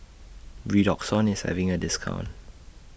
Redoxon IS having A discount